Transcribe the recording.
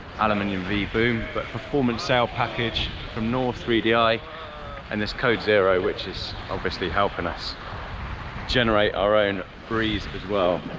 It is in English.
um and you know v-boom, but performance saile package from north three di and this code zero which is obviously helping us generate our own breeze as well.